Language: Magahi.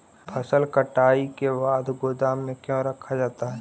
फसल कटाई के बाद गोदाम में क्यों रखा जाता है?